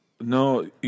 No